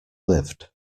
lived